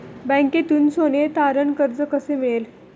बँकेतून सोने तारण कर्ज कसे मिळेल?